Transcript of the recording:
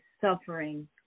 suffering